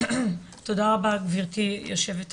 תודה רבה גברתי יושבת הראש,